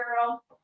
girl